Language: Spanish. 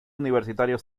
universitario